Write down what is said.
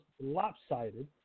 lopsided